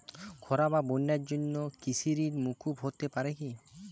খরা বা বন্যার জন্য কৃষিঋণ মূকুপ হতে পারে কি?